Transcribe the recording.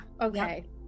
okay